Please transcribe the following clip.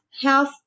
health